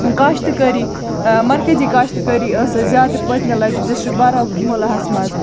کاشتٕکٲری مرکٔزی کاشتٕکٲری ٲس اَسہِ زیادٕ پٔتۍمہِ لَٹہِ ڈِسٹِرٛک بارہموٗلاہَس منٛز